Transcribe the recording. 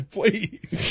Please